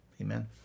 Amen